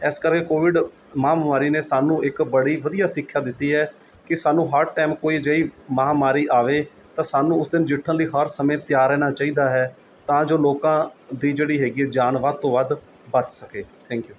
ਇਸ ਕਰਕੇ ਕੋਵਿਡ ਮਹਾਂਮਾਰੀ ਨੇ ਸਾਨੂੰ ਇੱਕ ਬੜੀ ਵਧੀਆ ਸਿੱਖਿਆ ਦਿੱਤੀ ਹੈ ਕਿ ਸਾਨੂੰ ਹਰ ਟਾਈਮ ਕੋਈ ਅਜਿਹੀ ਮਹਾਂਮਾਰੀ ਆਵੇ ਤਾਂ ਸਾਨੂੰ ਉਸ ਦੇ ਨਜਿੱਠਣ ਲਈ ਹਰ ਸਮੇਂ ਤਿਆਰ ਰਹਿਣਾ ਚਾਹੀਦਾ ਹੈ ਤਾਂ ਜੋ ਲੋਕਾਂ ਦੀ ਜਿਹੜੀ ਹੈਗੀ ਹੈ ਜਾਨ ਵੱਧ ਤੋਂ ਵੱਧ ਬੱਚ ਸਕੇ ਥੈਂਕ ਯੂ